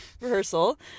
rehearsal